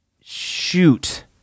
Shoot